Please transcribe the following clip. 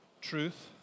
Truth